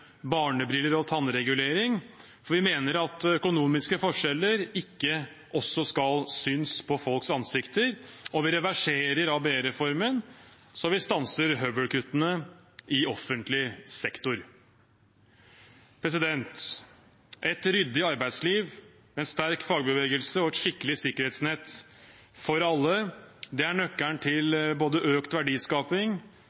barnebriller og tannregulering, fordi vi mener at økonomiske forskjeller ikke også skal synes på folks ansikter, og vi reverserer ABE-reformen, så vi stanser høvelkuttene i offentlig sektor. Et ryddig arbeidsliv, en sterk fagbevegelse og et skikkelig sikkerhetsnett for alle